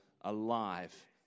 alive